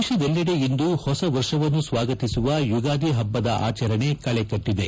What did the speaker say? ದೇಶದೆಲ್ಲೆಡೆ ಇಂದು ಹೊಸ ವರ್ಷವನ್ನು ಸ್ವಾಗತಿಸುವ ಯುಗಾದಿ ಹಬ್ಬದ ಆಚರಣೆ ಕಳೆ ಕಟ್ಟಿದೆ